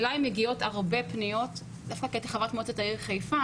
אליי מגיעות הרבה פניות דווקא כי הייתי חברת מועצת העיר חיפה,